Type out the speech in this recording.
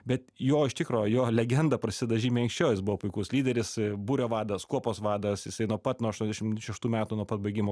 bet jo iš tikro jo legenda prasideda žymiai anksčiau jis buvo puikus lyderis būrio vadas kuopos vadas jisai nuo pat nuo aštuoniasdešim šeštų metų nuo pat baigimo